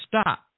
stop